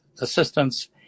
assistance